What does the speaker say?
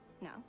No